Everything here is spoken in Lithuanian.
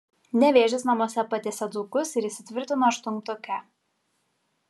nevėžis namuose patiesė dzūkus ir įsitvirtino aštuntuke